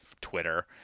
Twitter